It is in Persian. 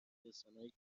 رسانههای